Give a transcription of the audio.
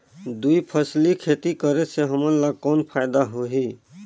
दुई फसली खेती करे से हमन ला कौन फायदा होही?